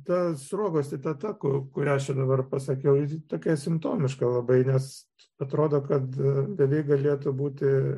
ta sruogos citata kurią dabar pasakiau ji tokia simptomiška labai nes atrodo kad gali galėtų būti